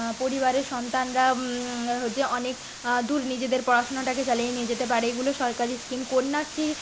পরিবারের সন্তানরা হচ্ছে অনেক দূর নিজেদের পড়াশোনাটাকে চালিয়ে নিয়ে যেতে পারে এগুলো সরকারি স্কিম কন্যাশ্রী